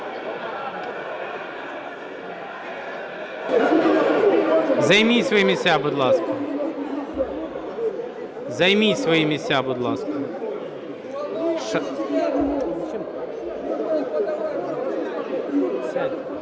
Займіть свої місця, будь ласка. Займіть свої місця, будь ласка. (